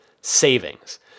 savings